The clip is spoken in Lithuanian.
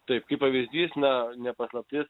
taip kaip pavyzdys na ne paslaptis